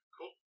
Cool